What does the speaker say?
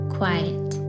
Quiet